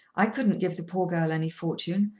i couldn't give the poor girl any fortune,